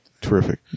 Terrific